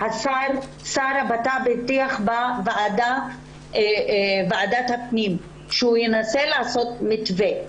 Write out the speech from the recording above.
פנים הבטיח בוועדת הפנים שהוא ינסה לעשות מתווה.